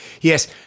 Yes